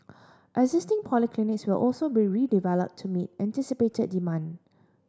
existing polyclinics will also be redeveloped to meet anticipated demand